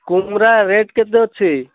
Kumura rate କେତେ ଅଛି